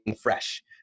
fresh